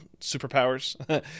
superpowers